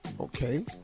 Okay